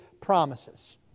promises